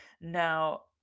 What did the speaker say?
Now